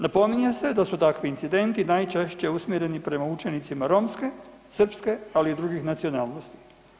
Napominje se da su takvi incidenti najčešće usmjereni prema učenici romske, srpske, ali i drugih nacionalnosti.